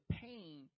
pain